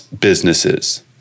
businesses